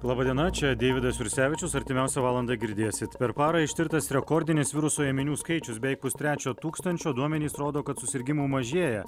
laba diena čia deividas jursevičius artimiausią valandą girdėsit per parą ištirtas rekordinis virusų ėminių skaičius beveik pustrečio tūkstančio duomenys rodo kad susirgimų mažėja